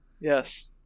yes